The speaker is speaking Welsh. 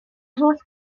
holl